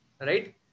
Right